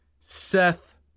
Seth